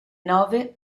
nove